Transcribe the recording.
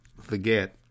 forget